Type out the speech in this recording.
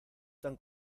tan